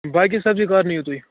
باقٕے سبزی کَر نِیِو تُہۍ